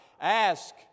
ask